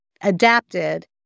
adapted